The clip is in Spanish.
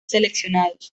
seleccionados